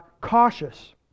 cautious